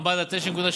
עמד על 9.8%,